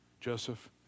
Joseph